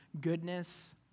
goodness